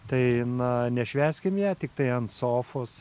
tai na nešvęskim ją tiktai ant sofos